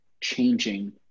changing